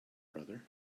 brother